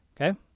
Okay